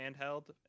handheld